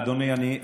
אדוני היושב-ראש,